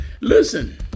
Listen